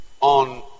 on